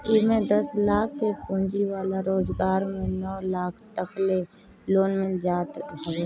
एमे दस लाख के पूंजी वाला रोजगार में नौ लाख तकले लोन मिल जात हवे